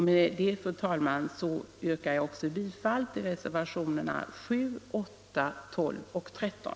Med detta, fru talman, yrkar jag alltså bifall också till reservationerna 7, 8, 12 och 13.